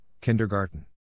kindergarten